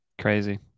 crazy